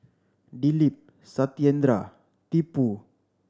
Dilip Satyendra Tipu